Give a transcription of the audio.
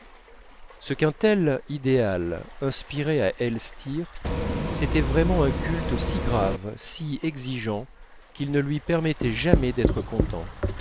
ce qu'un tel idéal inspirait à elstir c'était vraiment un culte si grave si exigeant qu'il ne lui permettait jamais d'être content